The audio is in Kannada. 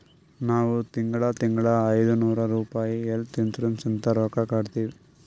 ನಾವ್ ತಿಂಗಳಾ ತಿಂಗಳಾ ಐಯ್ದನೂರ್ ರುಪಾಯಿ ಹೆಲ್ತ್ ಇನ್ಸೂರೆನ್ಸ್ ಅಂತ್ ರೊಕ್ಕಾ ಕಟ್ಟತ್ತಿವಿ